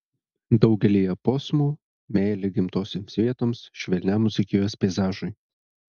daugelyje posmų meilė gimtosioms vietoms švelniam dzūkijos peizažui